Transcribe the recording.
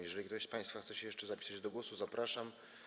Jeżeli ktoś z państwa chce się jeszcze zapisać do głosu, zapraszam.